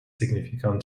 significant